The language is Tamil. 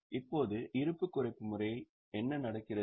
இப்போது இருப்பு குறைப்பு முறையில் என்ன நடக்கிறது